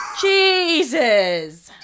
Jesus